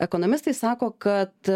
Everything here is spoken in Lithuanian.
ekonomistai sako kad